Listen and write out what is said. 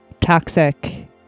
toxic